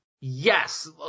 Yes